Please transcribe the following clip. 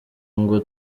ngo